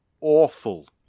awful